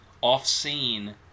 off-scene